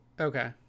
Okay